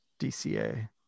DCA